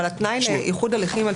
אבל התנאי לאיחוד הליכים,